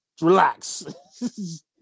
Relax